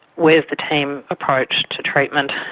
where is the team approach to treatment,